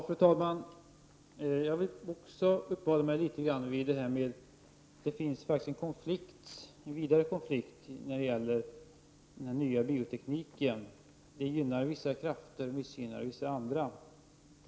Fru talman! Även jag vill något uppehålla mig vid den vidare konflikten när det gäller den nya biotekniken som består i att den gynnar vissa krafter och missgynnar vissa andra.